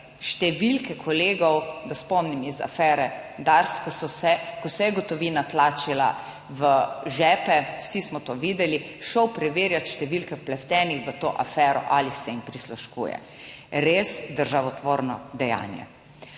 številke kolegov, da spomnim iz afere DARS, ko se je gotovina tlačila v žepe, vsi smo to videli, šel preverjati številke vpletenih v to afero ali se jim prisluškuje. Res državotvorno dejanje.